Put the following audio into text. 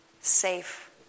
safe